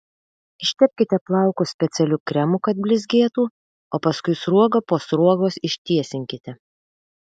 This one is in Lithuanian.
ištepkite plaukus specialiu kremu kad blizgėtų o paskui sruoga po sruogos ištiesinkite